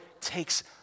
takes